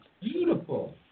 Beautiful